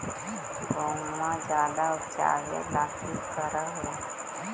गेहुमा ज्यादा उपजाबे ला की कर हो?